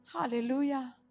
hallelujah